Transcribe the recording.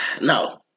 No